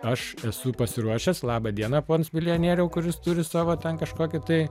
aš esu pasiruošęs laba diena pons milijonieriau kuris turi savo ten kažkokį tai